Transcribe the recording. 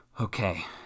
Okay